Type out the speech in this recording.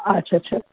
अच्छा अच्छा